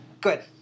good